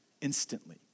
Instantly